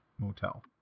motel